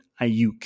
Ayuk